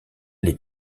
les